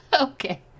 Okay